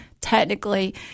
technically